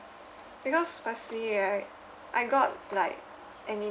because personally right I got like